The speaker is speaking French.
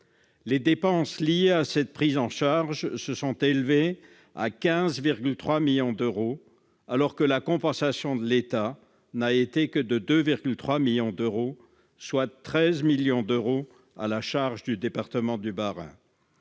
Les dépenses liées à cette prise en charge se sont élevées à 15,3 millions d'euros en 2018, alors que la compensation de l'État n'a été que de 2,3 millions d'euros, soit 13 millions d'euros restant à la charge du département du Bas-Rhin.